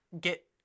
get